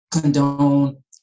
condone